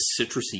citrusy